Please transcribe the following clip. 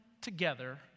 together